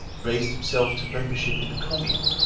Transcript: raised himself to membership in the commune,